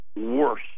worse